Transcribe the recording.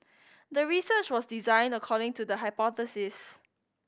the research was designed according to the hypothesis